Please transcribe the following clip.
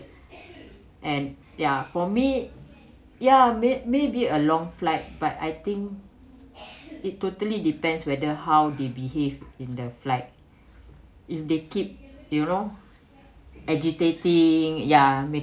and ya for me ya bed may be a long flight but I think it totally depends whether how they behave in the flight if they keep you know agitating ya